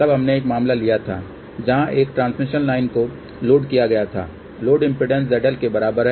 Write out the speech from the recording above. तब हमने एक मामला लिया था जहां एक ट्रांसमिशन लाइन को लोड किया गया था लोड इम्पीडेन्स ZL के बराबर है